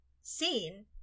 scene